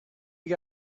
you